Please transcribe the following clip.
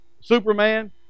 superman